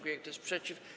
Kto jest przeciw?